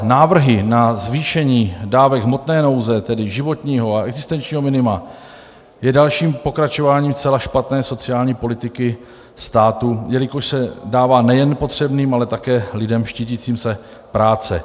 Návrhy na zvýšení dávek hmotné nouze, tedy životního a existenčního minima, jsou dalším pokračováním zcela špatné sociální politiky státu, jelikož se dává nejen potřebným, ale také lidem štítícím se práce.